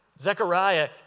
Zechariah